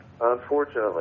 Unfortunately